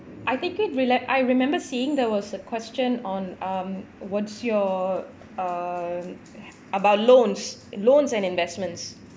I think it rela~ I remember seeing there was a question on um what's your um about loans loans and investments